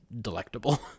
delectable